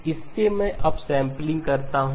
इससे मैं अपसैंपलिंग करता हूं